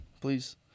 please